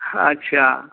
हाँ अच्छा